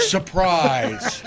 Surprise